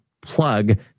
plug